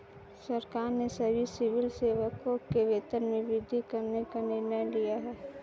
सरकार ने सभी सिविल सेवकों के वेतन में वृद्धि करने का निर्णय लिया है